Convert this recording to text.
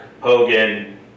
Hogan